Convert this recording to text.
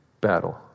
battle